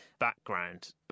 background